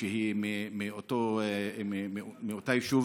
שהיא מאותו יישוב,